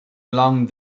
along